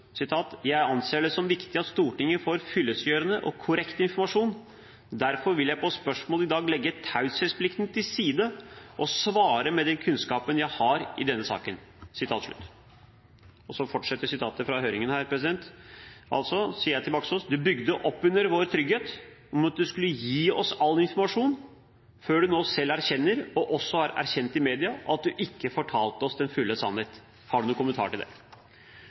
men jeg tar slutten: «Jeg anser det som viktig at Stortinget får fyllestgjørende og korrekt informasjon, derfor vil jeg på spørsmål i dag legge taushetsplikten til side og svare med den kunnskapen jeg har i denne saken.»» Så fortsetter sitatet fra høringen – jeg sier til Baksaas: «Du bygde opp under vår trygghet om at du skulle gi oss all informasjon, før du nå selv erkjenner, og også har erkjent i media, at du ikke fortalte oss den fulle sannhet. Har du noen kommentar til det?»